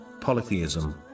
polytheism